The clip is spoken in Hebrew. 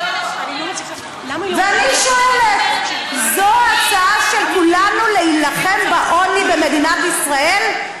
ואני שואלת: זו ההצעה של כולנו למלחמה בעוני במדינת ישראל?